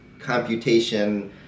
computation